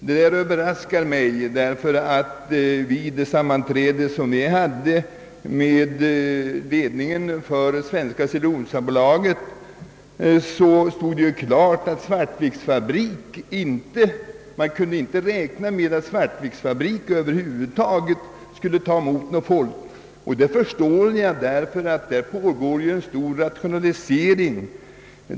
Detta överraskar mig, ty vid ett sammanträde som vi haft med ledningen för SCA framgick det klart att man inte räknade med att fabriken i Svartvik skulle kunna ta emot någon ytterligare arbetskraft. Detta förstår jag också, eftersom det där pågår en kraftig rationalisering.